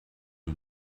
you